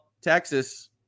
Texas